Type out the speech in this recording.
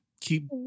keep